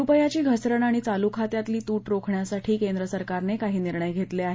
रुपयाची घसरण आणि चालू खात्यातली तूट रोखण्यासाठी केंद्र सरकारने काही निर्णय घेतले आहेत